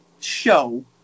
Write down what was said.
show